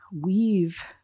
weave